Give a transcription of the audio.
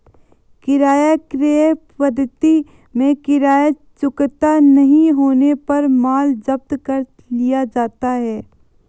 किराया क्रय पद्धति में किराया चुकता नहीं होने पर माल जब्त कर लिया जाता है